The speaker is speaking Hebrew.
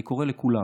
אני קורא לכולם,